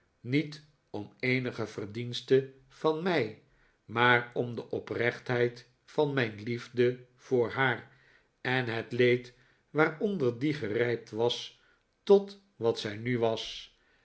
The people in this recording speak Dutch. niet om eenige verdienste van mij maar om de oprechtheid van mijn liefde voor haar en het leed waaronder die gerijpt was tot wat zij nu was